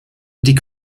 die